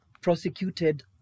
prosecuted